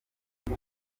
uko